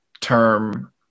term